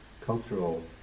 cultural